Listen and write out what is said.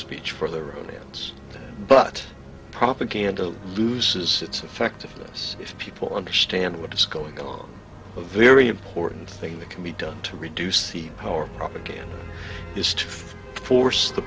speech for their romance but propaganda loses its effectiveness if people understand what's going on a very important thing that can be done to reduce the power of propaganda is to force the